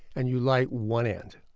and you light one end,